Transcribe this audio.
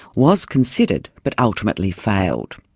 was considered but ultimately failed.